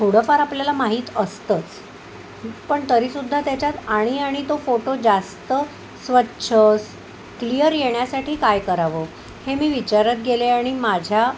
थोडंफार आपल्याला माहीत असतंच पण तरी सुद्धा त्याच्यात आणि आणि तो फोटो जास्त स्वच्छ स् क्लिअर येण्यासाठी काय करावं हे मी विचारत गेले आणि माझ्या